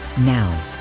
Now